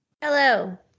Hello